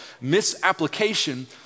misapplication